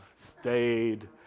stayed